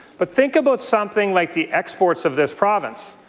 but think about something like the exports of this province.